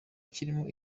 kirimo